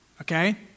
okay